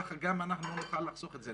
וככה גם נוכל לחסוך את זה.